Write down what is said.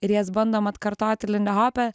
ir jas bandom atkartoti lindihope